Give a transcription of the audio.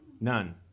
None